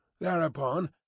Thereupon